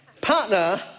Partner